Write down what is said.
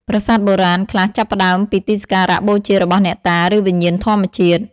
ប្រាសាទបុរាណ ខ្លះចាប់ផ្តើមពីទីសក្ការៈបូជារបស់អ្នកតា ឬវិញ្ញាណធម្មជាតិ។